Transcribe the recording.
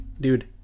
dude